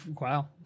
Wow